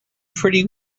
pretty